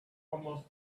almost